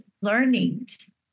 learnings